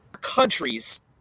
Countries